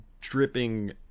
dripping